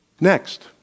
Next